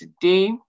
today